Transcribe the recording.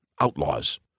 Outlaws